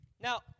Now